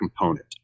component